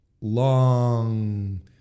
long